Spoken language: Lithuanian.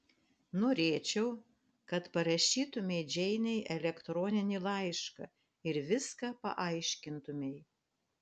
norėčiau kad parašytumei džeinei elektroninį laišką ir viską paaiškintumei